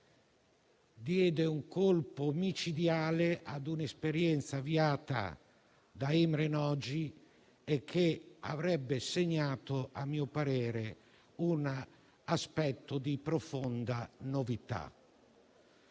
diede un colpo micidiale all'esperienza avviata da Imre Nagy e che avrebbe segnato, a mio parere, un aspetto di profonda novità.